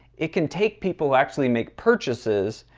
it can take people actually make purchases,